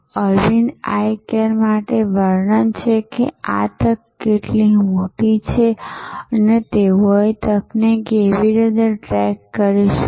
Arvind eye care માટે વર્ણન છે કે આ તક કેટલી મોટી છે અને તેઓએ તકને કેવી રીતે ટ્રેક કરી શકે